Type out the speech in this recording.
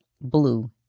Blue